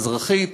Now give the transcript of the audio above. ואזרחית,